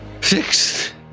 Six